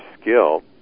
skill